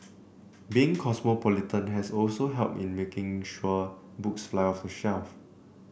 being cosmopolitan has also helped in making sure books fly off the shelf